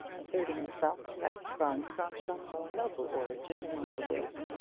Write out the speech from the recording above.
asserting herself to have sprung from some more noble origin among the woods,